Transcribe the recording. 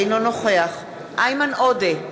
אינו נוכח איימן עודה,